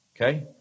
okay